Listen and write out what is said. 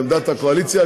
לעמדת הקואליציה,